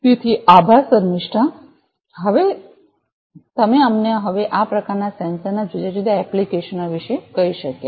તેથી આભાર શમિષ્ઠા તેથી શમિષ્ઠા તમે અમને હવે આ પ્રકારના સેન્સરના જુદા જુદા એપ્લિકેશનો વિશે કહી શક્યા